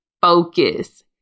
focus